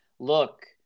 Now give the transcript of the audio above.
look